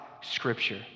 scripture